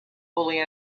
fully